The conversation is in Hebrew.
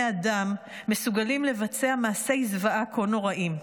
אדם מסוגלים לבצע מעשי זוועה כה נוראים.